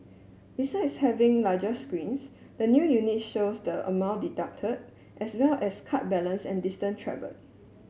besides having larger screens the new units shows the amount deducted as well as card balance and distance travelled